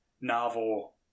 novel